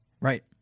Right